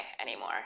anymore